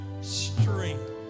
strength